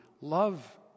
love